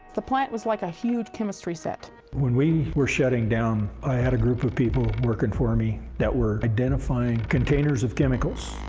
the plant was like a huge chemistry set. weaver when we were shutting down, i had a group of people working for me that were identifying containers of chemicals.